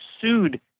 sued